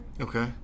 Okay